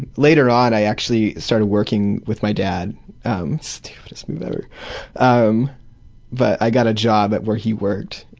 later on i actually started working with my dad um stupidest move ever um but i got a job where he worked.